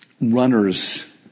runners